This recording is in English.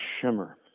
shimmer